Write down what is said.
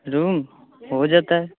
room हो जेतै